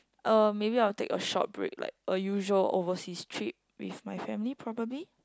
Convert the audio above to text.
uh maybe I'll take a short break like a usual overseas trip with my family probably